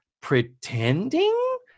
pretending